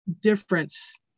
difference